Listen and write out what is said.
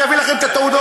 אני אביא לכם את התעודות,